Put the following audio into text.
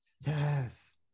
Yes